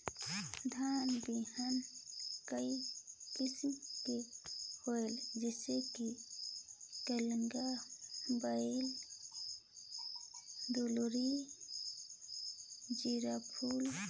धान बिहान कई किसम के होयल जिसे कि कलिंगा, बाएल दुलारी, जीराफुल?